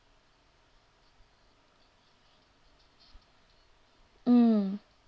mm